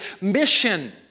mission